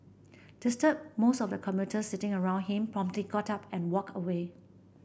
disturbed most of the commuters sitting around him promptly got up and walked away